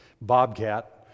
bobcat